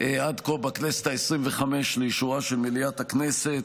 עד כה בכנסת ה-25 לאישורה של מליאת הכנסת,